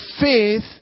faith